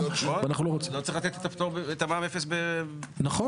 נכון, לא צריך לתת מע"מ אפס במסחרי.